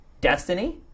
Destiny